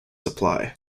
supply